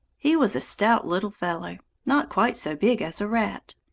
he was a stout little fellow, not quite so big as a rat.